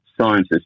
scientists